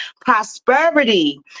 Prosperity